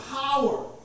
power